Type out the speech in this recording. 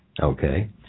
Okay